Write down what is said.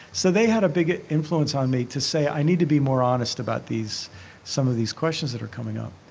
so they had a big influence on me to say i need to be more honest about these some of these questions that are coming up.